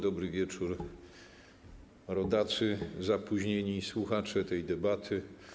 Dobry wieczór, rodacy, zapóźnieni słuchacze tej debaty.